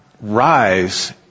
rise